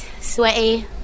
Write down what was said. sweaty